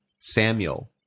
samuel